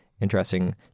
interesting